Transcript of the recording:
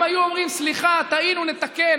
אם היו אומרים: סליחה, טעינו, נתקן.